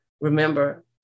Remember